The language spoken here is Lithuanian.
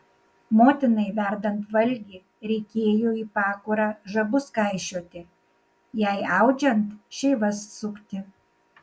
motinai verdant valgį reikėjo į pakurą žabus kaišioti jai audžiant šeivas sukti